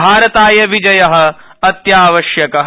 भारताय विजयः अत्यावश्यकः